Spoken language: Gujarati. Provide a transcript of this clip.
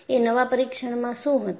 એ નવા પરીક્ષણમાં શું હતું